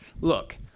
Look